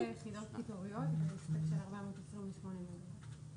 יש שתי יחידות קיטוריות בהספק של 428 מגה,